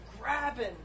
grabbing